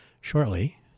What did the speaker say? shortly